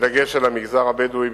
בדגש על המגזר הבדואי,